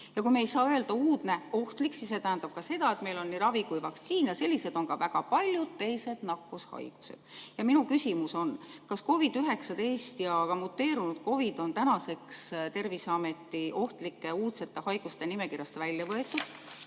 Ja kui me ei saa öelda "uudne, ohtlik", siis see tähendab ka seda, et meil on nii ravi kui vaktsiin, ja sellised on ka väga paljud teised nakkushaigused." Minu küsimus on: kas COVID‑19 ja ka muteerunud COVID on tänaseks Terviseameti ohtlike uudsete haiguste nimekirjast välja võetud,